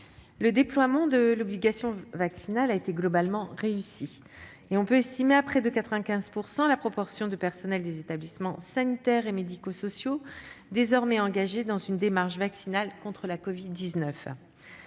en oeuvre de l'obligation vaccinale a été globalement réussie. On peut estimer à près de 95 % la proportion des personnels des établissements sanitaires et médico-sociaux désormais engagés dans une démarche vaccinale contre la covid-19.